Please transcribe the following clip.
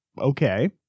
Okay